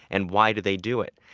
and why do they do it?